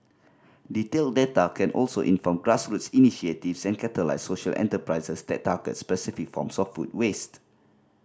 detailed data can also inform grassroots initiatives and catalyse social enterprises that target specific forms of food waste